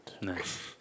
Nice